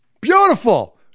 beautiful